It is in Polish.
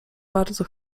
bardzo